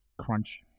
Crunch